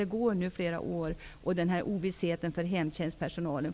Det får inte gå flera år, med fortsatt ovisshet för hemtjänstpersonalen.